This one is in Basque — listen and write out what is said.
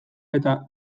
eta